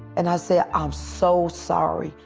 and i said, i'm so sorry.